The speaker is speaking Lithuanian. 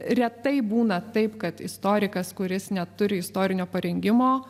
retai būna taip kad istorikas kuris neturi istorinio parengimo